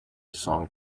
song